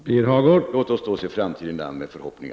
Herr talman! Låt oss då se framtiden an med förhoppning.